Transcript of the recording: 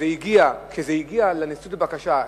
כשזה הגיע לנשיאות בבקשה,